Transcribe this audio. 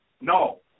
No